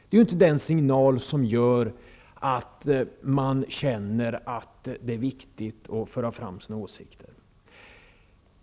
Det är inte den signal som gör att de känner att det är viktigt att föra fram sina åsikter.